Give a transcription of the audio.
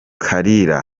kalira